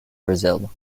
brazil